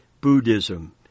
Buddhism